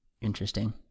Interesting